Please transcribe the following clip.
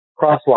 crosswalk